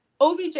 OBJ